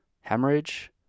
hemorrhage